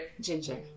ginger